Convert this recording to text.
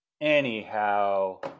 Anyhow